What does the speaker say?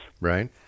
right